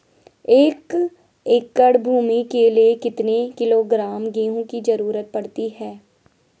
एक एकड़ भूमि के लिए कितने किलोग्राम गेहूँ की जरूरत पड़ती है?